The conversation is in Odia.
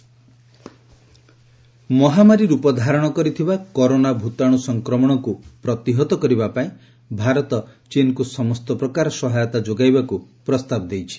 ମୋଦି ଚୀନ ମହାମାରୀ ରୂପ ଧାରଣ କରିଥିବାକରୋନା ଭୂତାଣୁ ସଂକ୍ରମଣକୁ ପ୍ରତିହତ କରିବା ପାଇଁ ଭାରତ ଚୀନକୁ ସମସ୍ତ ପ୍ରକାର ସହାୟତା ଯୋଗାଇବାକୁ ପ୍ରସ୍ତାବ ଦେଇଛି